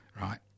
right